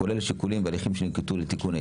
כולל השיקולים וההליכים שננקטו לתיקון.